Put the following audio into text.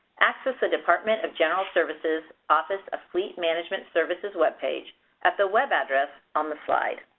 access the department of general services office of fleet management services web page at the web address on the slide.